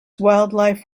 wildlife